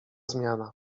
zmiana